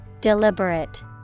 deliberate